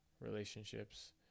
relationships